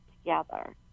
together